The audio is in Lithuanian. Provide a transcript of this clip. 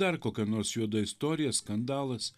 dar kokia nors juoda istorija skandalas